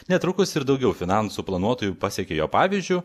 netrukus ir daugiau finansų planuotojų pasekė jo pavyzdžiu